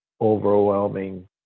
overwhelming